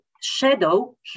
Shadow